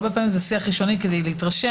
הרבה פעמים זה שיח ראשוני כדי להתרשם